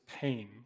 pain